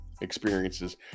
experiences